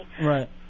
Right